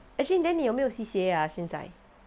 actually then 你有没有 C_C_A ah 现在